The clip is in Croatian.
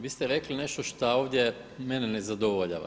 Vi ste rekli nešto šta ovdje mene ne zadovoljava.